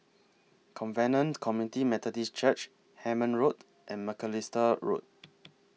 Covenant Community Methodist Church Hemmant Road and Macalister Road